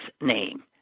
name